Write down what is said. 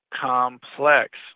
complex